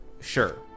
Sure